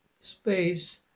space